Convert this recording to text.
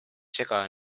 sega